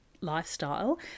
lifestyle